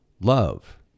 love